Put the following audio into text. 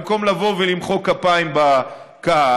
במקום לבוא ולמחוא כפיים בקהל,